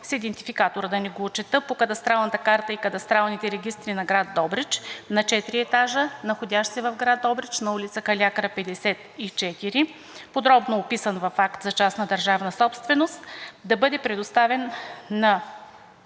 с идентификатор по кадастралната карта и кадастралните регистри на град Добрич, на четири етажа, находящ се в град Добрич, на ул. „Калиакра“ № 54, подробно описан в акт за частна държавна собственост, да бъде предоставен на